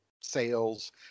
sales